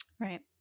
Right